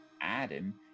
Adam